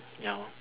ya lor